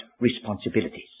responsibilities